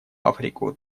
африку